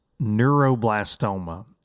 neuroblastoma